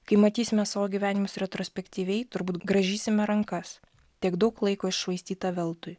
kai matysime savo gyvenimus retrospektyviai turbūt grąžysime rankas tiek daug laiko iššvaistyta veltui